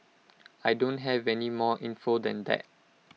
I don't have any more info than that